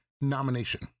nomination